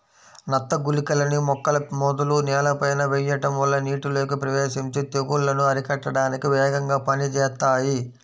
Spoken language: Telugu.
నత్త గుళికలని మొక్కల మొదలు నేలపైన వెయ్యడం వల్ల నీటిలోకి ప్రవేశించి తెగుల్లను అరికట్టడానికి వేగంగా పనిజేత్తాయి